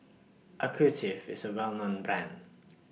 IS A Well known Brand